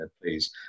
Please